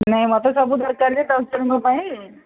ନାଇଁ ମୋତେ ସବୁ ଦରକାର ଯେ ଦଶଜଣଙ୍କ ପାଇଁ